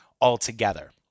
altogether